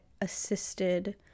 assisted